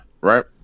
right